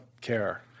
care